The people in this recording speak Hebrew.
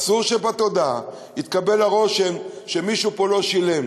אסור שבתודעה יתקבל הרושם שמישהו פה לא שילם.